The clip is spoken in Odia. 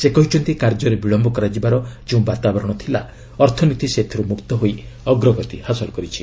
ସେ କହିଛନ୍ତି କାର୍ଯ୍ୟରେ ବିଳମ୍ୟ କରାଯିବାର ଯେଉଁ ବାତାବରଣ ଥିଲା ଅର୍ଥନୀତି ସେଥିରୁ ମୁକ୍ତ ହୋଇ ଅଗ୍ରଗତି ହାସଲ କରିଛି